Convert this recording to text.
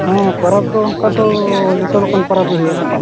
ᱦᱮᱸ ᱯᱟᱨᱟᱵᱽ ᱫᱚ ᱚᱱᱠᱟ ᱫᱚ ᱡᱚᱛᱚ ᱞᱮᱠᱟᱱ ᱯᱟᱨᱟᱵᱽ ᱜᱮ ᱦᱩᱭᱩᱜᱼᱟ